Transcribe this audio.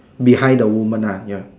behind the woman uh ya